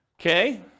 Okay